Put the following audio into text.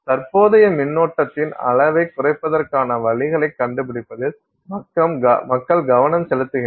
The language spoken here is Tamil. தற்போதைய மின்னோட்டத்தின் அளவைக் குறைப்பதற்கான வழிகளைக் கண்டுபிடிப்பதில் மக்கள் கவனம் செலுத்துகின்றனர்